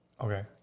Okay